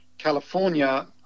california